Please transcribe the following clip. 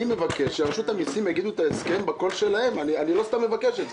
אני לא סתם מבקש את זה.